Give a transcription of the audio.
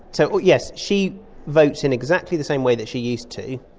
so yes, she votes in exactly the same way that she used to.